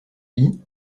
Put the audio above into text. lit